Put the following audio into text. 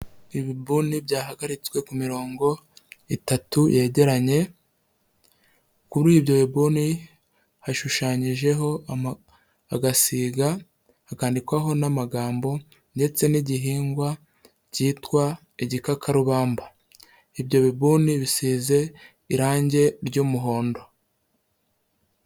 Ibibuni byahagaritswe ku mirongo itatu yegeranye, kuri ibyo bibuni hashushanyijeho agasiga hakandikwaho n'amagambo ndetse n'igihingwa cyitwa igikakarubamba. Ibyo bibuni bisize irangi ry'umuhondo.